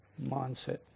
mindset